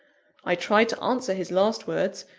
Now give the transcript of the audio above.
i tried to answer his last words,